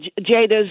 Jada's